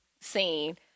scene